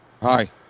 Hi